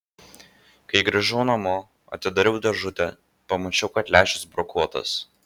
kai grįžau namo atidariau dėžutę pamačiau kad lęšis brokuotas